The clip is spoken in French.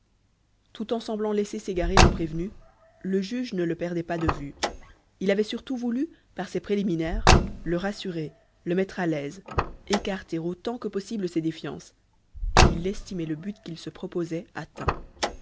tout en semblant laisser s'égarer le prévenu le juge ne le perdait pas de vue il avait surtout voulu par ces préliminaires le rassurer le mettre à l'aise écarter autant que possible ses défiances et il estimait le but qu'il se proposait atteint